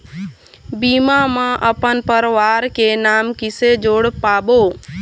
बीमा म अपन परवार के नाम किसे जोड़ पाबो?